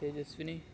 Tejaswini